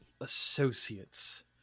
associates